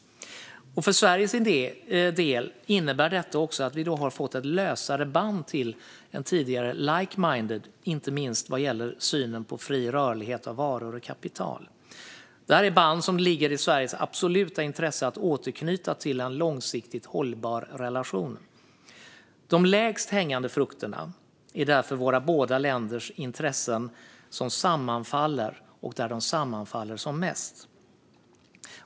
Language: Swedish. För Sveriges del innebär detta också att vi har fått ett lösare band till en tidigare like-minded, inte minst vad gäller synen på fri rörlighet för varor och kapital. Det ligger i Sveriges absoluta intresse att återknyta detta band till en långsiktigt hållbar relation. De lägst hängande frukterna finns därför där våra båda länders intressen sammanfaller som mest.